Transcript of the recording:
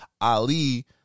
Ali